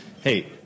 hey